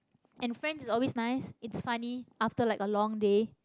and friends is always nice it's funny after like a long day